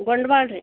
ಗೊಂಡ್ಬಾಳ ರಿ